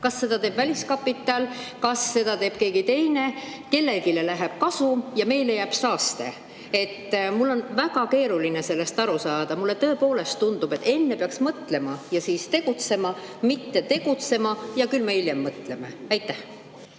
kas seda teeb väliskapital, kas seda teeb keegi teine – kellelegi läheb kasum ja meile jääb saaste. Mul on väga keeruline sellest aru saada. Mulle tõepoolest tundub, et enne peaks mõtlema ja siis tegutsema, mitte tegutsema, ja küll me hiljem mõtleme. Aitäh